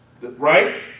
Right